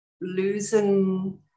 losing